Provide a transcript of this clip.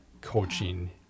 coaching